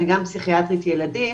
אני גם פסיכיאטרית ילדים